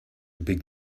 big